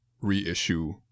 reissue